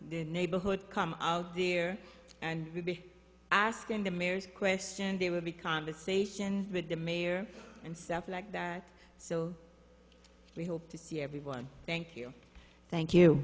the neighborhood come out there and be asking the mayor's question they will be conversation with the mayor and self like that so we hope to see everyone thank you thank you